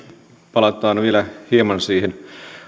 palataan vielä hieman siihen